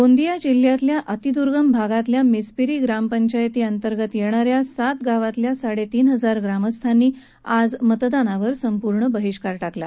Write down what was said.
गोंदिया जिल्ह्यातल्या अतिद्र्गम भागात असलेल्या मिसपिरी ग्रामपंचायत अंतर्गत येणाऱ्या सात गावांतल्या साडेतीन हजार ग्रामस्थांनी आज लोकसभा मतदानावर संपूर्ण बहिष्कार टाकला